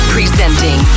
Presenting